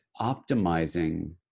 optimizing